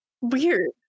Weird